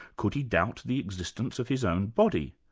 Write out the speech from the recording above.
could he doubt the existence of his own body?